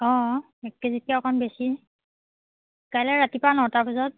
অঁ এক কেজিতকৈ অকণ বেছি কাইলৈ ৰাতিপুৱা নটা বজাত